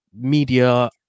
media